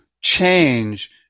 change